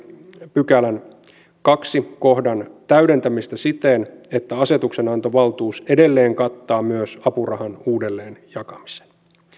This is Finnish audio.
pykälän toisen kohdan täydentämistä siten että asetuksenantovaltuus edelleen kattaa myös apurahan uudelleenjakamisen